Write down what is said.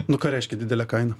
nu ką reiškia didelė kaina